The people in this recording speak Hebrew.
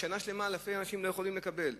שנה שלמה אלפי אנשים לא יכולים לקבל.